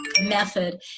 method